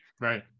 right